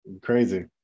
Crazy